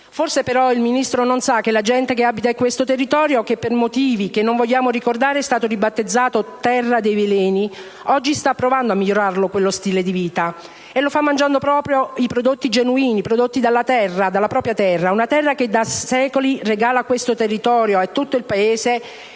Forse però il Ministro non sa che la gente che abita in questo territorio, che per motivi che non vogliamo ricordare è stato ribattezzato «terra dei veleni», oggi sta provando a migliorarlo quello stile di vita, e lo fa mangiando proprio i prodotti genuini, i prodotti della propria terra. È una terra che da secoli regala a questo territorio e a tutto il Paese